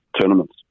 tournaments